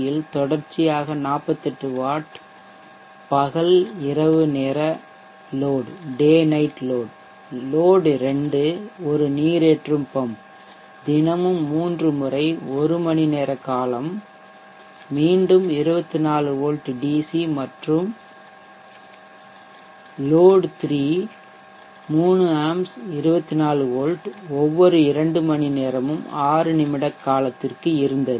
யில் தொடர்ச்சியாக 48W பகல் இரவு லோட் லோட்2 ஒரு நீரேற்றும் பம்ப் தினமும் மூன்று முறை 1 மணிநேர காலம் மீண்டும் 24 வோல்ட் டிசி மற்றும்லோட்3 3 ஏ 24 வோல்ட் ஒவ்வொரு 2 மணி நேரமும் 6 நிமிட காலத்திற்கு இருந்தது